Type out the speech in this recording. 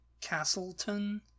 Castleton